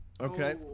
Okay